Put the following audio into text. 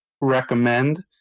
recommend